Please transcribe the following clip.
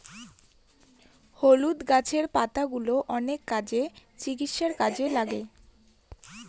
হলুদ গাছের পাতাগুলো অনেক কাজে, চিকিৎসার কাজে লাগে